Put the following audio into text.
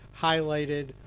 highlighted –